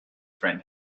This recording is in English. friend